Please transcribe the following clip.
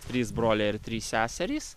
trys broliai ir trys seserys